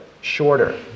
shorter